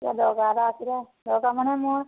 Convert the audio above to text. কিবা দৰকাৰ এটা আছিলে দৰকাৰ মানে মই